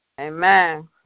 Amen